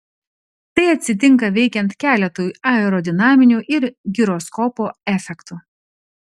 tai atsitinka veikiant keletui aerodinaminių ir giroskopo efektų